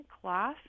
cloth